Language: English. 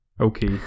okay